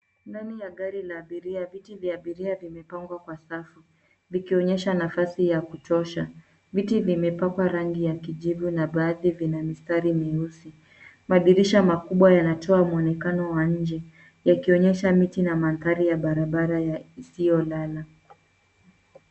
Ndani ya gari ya abiria, viti vya abiria vimepangwa kwa safu, vikionyesha nafasi ya kutosha. Viti vimepakwa rangi ya kijivu na baadhi vina mistari myeusi. Madirisha makubwa yanatoa muonekanano wa nje yakionyesha miti na mandhari ya barabara isiyolala.